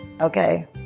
Okay